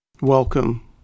Welcome